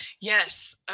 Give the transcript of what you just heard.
Yes